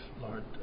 Lord